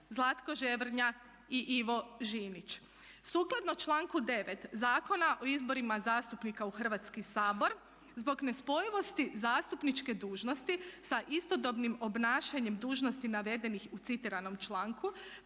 Zlatko Ževrnja i Ivo Žinić. Sukladno članku 9. Zakona o izborima zastupnika u Hrvatski sabor zbog nespojivosti zastupničke dužnosti sa istodobnim obnašanjem dužnosti navedenih u citiranom članku